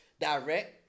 direct